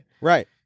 Right